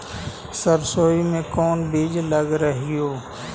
सरसोई मे कोन बीज लग रहेउ?